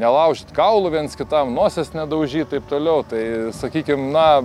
nelaužyt kaulų viens kitam nosies nedaužyt taip toliau tai sakykim na